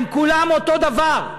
הם כולם אותו דבר.